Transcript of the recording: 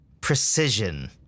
precision